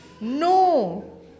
No